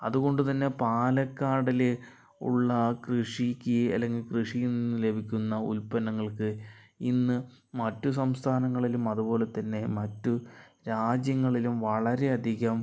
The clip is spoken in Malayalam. അതുകൊണ്ട് തന്നെ പാലക്കാടില് ഉള്ള കൃഷിക്ക് അല്ലെങ്കിൽ കൃഷിയിൽ നിന്ന് ലഭിക്കുന്ന ഉൽപന്നങ്ങൾക്ക് ഇന്ന് മറ്റ് സംസ്ഥാനങ്ങളിലും അതുപോലെ തന്നെ മറ്റു രാജ്യങ്ങളിലും വളരെയധികം